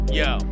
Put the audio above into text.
yo